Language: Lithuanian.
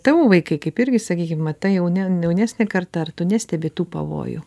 tavo vaikai kaip irgi sakykim va ta jaune jaunesnė karta ar tu nestebi tų pavojų